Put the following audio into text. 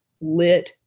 lit